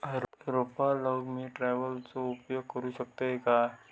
रोपा लाऊक मी ट्रावेलचो उपयोग करू शकतय काय?